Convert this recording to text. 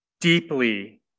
deeply